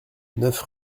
neuf